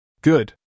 Good